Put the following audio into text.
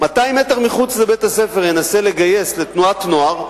200 מטר מחוץ לבית-הספר, ינסה לגייס לתנועת נוער,